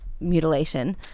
mutilation